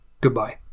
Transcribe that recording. Goodbye